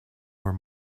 were